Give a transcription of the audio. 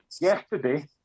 Yesterday